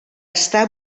està